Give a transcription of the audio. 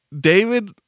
David